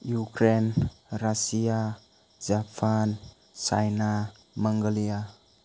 Ukraine Russia Japan China Mongolia